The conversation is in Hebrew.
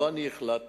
לא אני החלטתי,